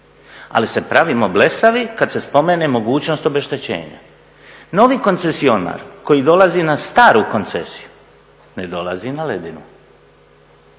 Ali se pravimo blesavi kada se spomene mogućnost obeštećenja. Novi koncesionar koji dolazi na staru koncesiju ne dolazi na ledinu.